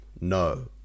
No